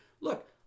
look